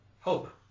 Hope